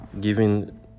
giving